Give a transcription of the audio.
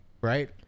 Right